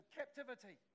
captivity